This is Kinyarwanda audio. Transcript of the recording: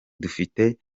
dufite